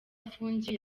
afungiye